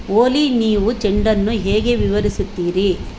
ಓಲಿ ನೀವು ಚೆಂಡನ್ನು ಹೇಗೆ ವಿವರಿಸುತ್ತೀರಿ